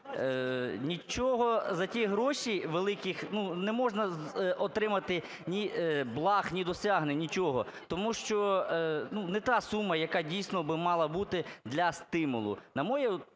Нічого за ті гроші великих, ну, не можна отримати ні благ, ні досягнень – нічого, тому що, ну не та сума, яка дійсно би мала бути для стимулу.